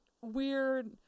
weird